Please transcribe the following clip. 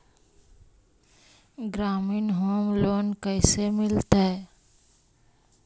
ग्रामीण home loan कैसे मिलतै?